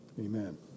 Amen